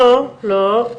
לא,